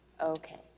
Okay